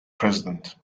president